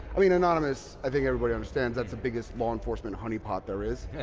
i mean anonymous, i think everyone understands that's the biggest law enforcement honeypot there is,